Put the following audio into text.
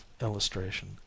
illustration